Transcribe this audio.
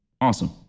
Awesome